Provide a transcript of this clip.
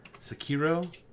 Sakiro